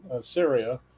Syria